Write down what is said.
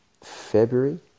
February